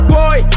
Boy